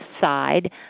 side